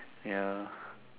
ya